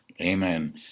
Amen